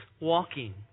walking